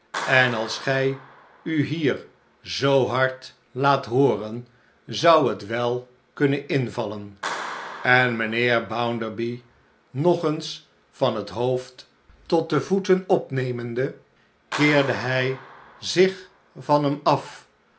en als gij u hier zoo hard laat hooren zou het wel kunnen invallen en mijnheer bounderby nog eens van het hoofd tot de voeten opnemende keerde hy slechte tijden zich van hem af